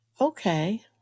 Okay